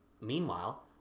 Meanwhile